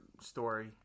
story